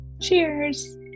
Cheers